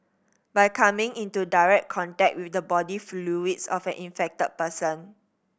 by coming into direct contact with the body fluids of an infected person